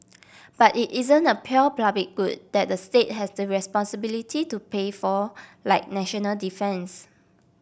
but it isn't a pure public good that the state has the responsibility to pay for like national defence